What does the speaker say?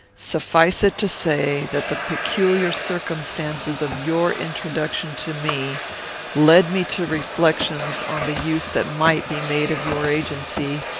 suffice it to say that the peculiar circumstances of your introduction to me led me to reflections on the use that might be made of your agency,